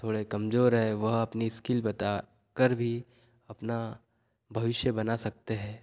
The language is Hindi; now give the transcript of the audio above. थोड़े कमजोर हैं वह अपनी स्किल बता कर भी अपना भविष्य बना सकते हैं